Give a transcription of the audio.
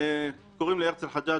קוראים לי הרצל חג'אג'.